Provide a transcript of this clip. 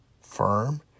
firm